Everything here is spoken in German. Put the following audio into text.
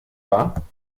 wahr